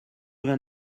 vingt